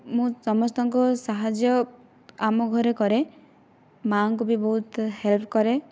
ମୁଁ ସମସ୍ତଙ୍କ ସାହାଯ୍ୟ ଆମ ଘରେ କରେ ମା' ଙ୍କୁ ବି ବହୁତ ହେଲ୍ପ କରେ